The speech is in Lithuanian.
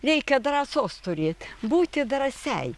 reikia drąsos turėt būti drąsiai